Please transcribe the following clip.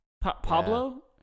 Pablo